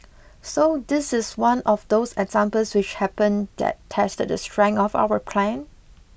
so this is one of those examples which happen that tested the strength of our plan